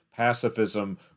Pacifism